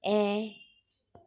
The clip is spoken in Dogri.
ऐ